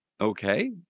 Okay